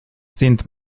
sind